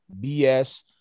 BS